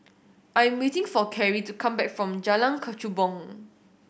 I'm waiting for Karrie to come back from Jalan Kechubong